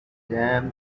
dam